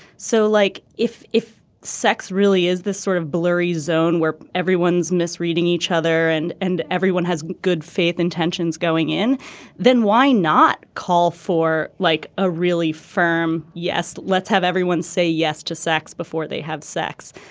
so like if if sex really is this sort of blurry zone where everyone's misreading each other and and everyone has good faith intentions going in then why not call for like a really firm. yes let's have everyone say yes to sex before they have sex.